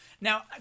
Now